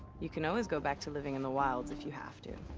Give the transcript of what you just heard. you can always go back to living in the wilds if you have to.